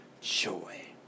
joy